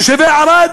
תושבי ערד,